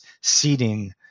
seeding